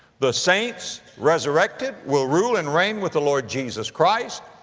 the saints resurrected will rule and reign with the lord jesus christ.